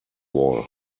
wall